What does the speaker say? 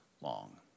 long